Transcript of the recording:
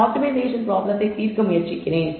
இந்த ஆப்டிமைசேஷன் ப்ராப்ளத்தை தீர்க்க முயற்சிக்கிறேன்